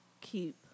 keep